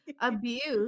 abuse